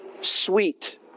sweet